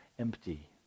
empty